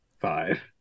five